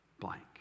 blank